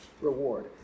reward